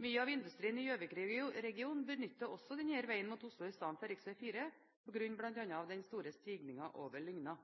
Mye av industrien i Gjøvik-regionen benytter også denne veien mot Oslo i stedet for rv. 4, bl.a. på grunn av den store stigningen over Lygna.